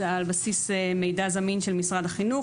זה על בסיס מידע זמין של משרד החינוך,